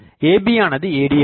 AB யானது AD ஆகும்